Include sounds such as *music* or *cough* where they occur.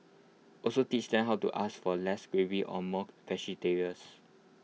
also teach them how to ask for less gravy or more *unintelligible*